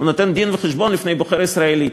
הוא נותן דין-וחשבון לפני בוחר ישראלי,